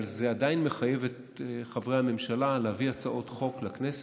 אבל זה עדיין מחייב את חברי הממשלה להביא הצעות חוק לכנסת,